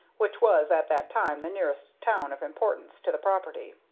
which was at that time the nearest town of importance to the property.